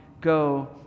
go